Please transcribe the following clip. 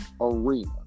arena